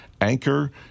Anchor